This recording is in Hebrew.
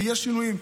ויש שינויים.